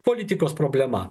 politikos problema